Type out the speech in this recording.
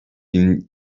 bin